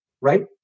right